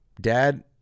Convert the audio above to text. dad